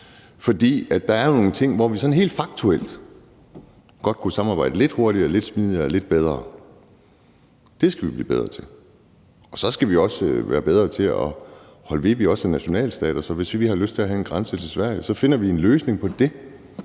Der er nogle steder, hvor vi sådan helt faktuelt godt kunne samarbejde lidt hurtigere, lidt smidigere og lidt bedre. Det skal vi blive bedre til. Så skal vi også være bedre til at holde ved, at vi også er nationalstater. Så hvis vi har lyst til at have en grænse til Sverige, så finder vi en løsning på det,